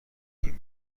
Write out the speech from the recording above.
این